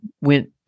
went